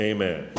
Amen